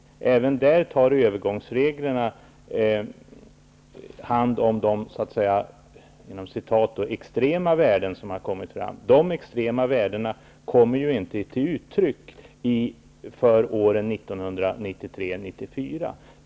Även där tar övergångsreglerna hand om de ''extrema'' värden som har kommit fram. De kommer ju inte till uttryck för åren 1993 och 1994.